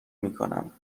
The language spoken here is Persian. میکنم